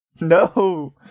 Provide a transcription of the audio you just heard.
No